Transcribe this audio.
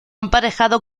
emparejado